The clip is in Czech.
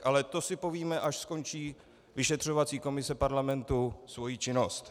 Ale to si povíme, až skončí vyšetřovací komise parlamentu svoji činnost.